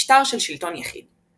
משטר של שלטון יחיד.